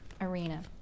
arena